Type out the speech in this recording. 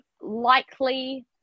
likely